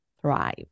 Thrive